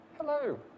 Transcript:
hello